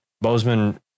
Bozeman